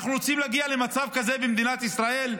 אנחנו רוצים להגיע למצב כזה במדינת ישראל?